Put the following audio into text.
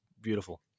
beautiful